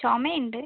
ചുമയുണ്ട്